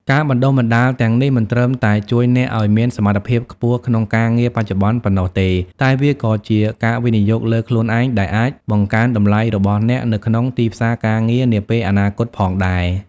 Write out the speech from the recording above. ការបណ្ដុះបណ្ដាលទាំងនេះមិនត្រឹមតែជួយអ្នកឲ្យមានសមត្ថភាពខ្ពស់ក្នុងការងារបច្ចុប្បន្នប៉ុណ្ណោះទេ តែវាក៏ជា ការវិនិយោគលើខ្លួនឯង ដែលអាច បង្កើនតម្លៃរបស់អ្នកនៅក្នុងទីផ្សារការងារ នាពេលអនាគតផងដែរ។